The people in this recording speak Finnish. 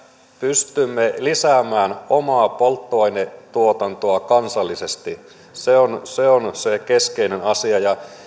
pystymme lisäämään omaa polttoainetuotantoamme kansallisesti se on se on se keskeinen asia